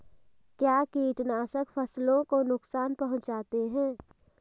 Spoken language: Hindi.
क्या कीटनाशक फसलों को नुकसान पहुँचाते हैं?